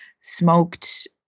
smoked